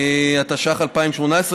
התשע"ח 2018,